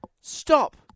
Stop